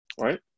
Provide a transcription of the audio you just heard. right